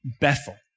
Bethel